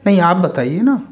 नहीं आप बताइये न